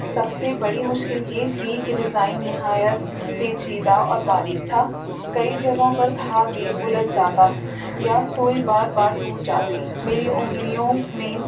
سب سے بڑی مشکل یہ تھی کہ ڈیزائن نہایت پیچیدہ اور باریک تھا کئی جگہوں پر دھاگے الجھ جاتا یا سوئی بار بار ٹوٹ جاتی میری انگلیوں میں